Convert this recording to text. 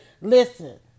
Listen